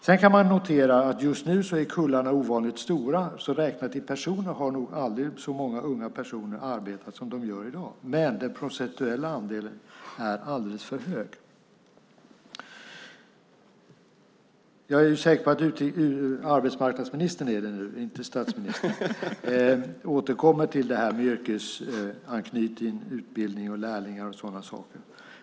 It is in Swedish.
Sedan kan man notera att kullarna just nu är ovanligt stora, så räknat i personer har nog aldrig så många unga personer arbetat som i dag. Men den procentuella andelen är alldeles för hög. Jag är säker på att arbetsmarknadsministern återkommer till det här med yrkesanknytning, utbildning och lärlingar och sådana saker.